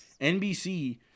NBC